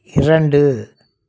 இரண்டு